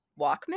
walkman